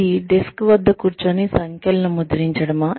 ఇది డెస్క్ వద్ద కూర్చుని సంఖ్యలను గుద్దేదా